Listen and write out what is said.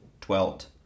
dwelt